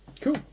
Cool